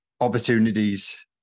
opportunities